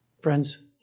Friends